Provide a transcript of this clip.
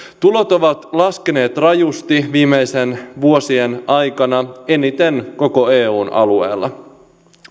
tulot ovat laskeneet rajusti viimeisten vuosien aikana eniten koko eun alueella